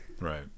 Right